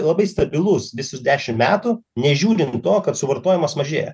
labai stabilus visus dešimt metų nežiūrint to kad suvartojimas mažėja